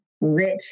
rich